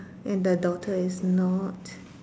and the daughter is not